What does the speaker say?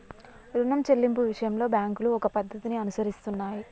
రుణం చెల్లింపు విషయంలో బ్యాంకులు ఒక పద్ధతిని అనుసరిస్తున్నాయి